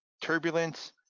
turbulence